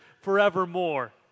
forevermore